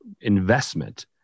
investment